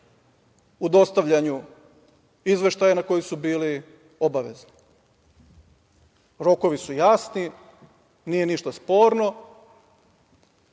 u dostavljanju izveštaja na koji su bili obavezni. Rokovi su jasni, nije ništa sporno,